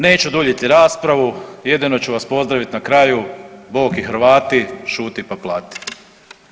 Neću duljiti raspravu, jedino ću vas pozdraviti na kraju Bog i Hrvati, šuti, pa plati.